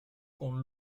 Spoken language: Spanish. con